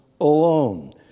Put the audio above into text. alone